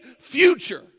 future